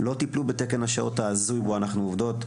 לא טיפלו בתקן השעות ההזוי בו אנחנו עובדות,